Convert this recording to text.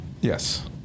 Yes